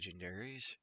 legendaries